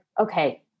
okay